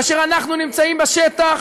כאשר אנחנו נמצאים בשטח,